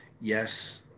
Yes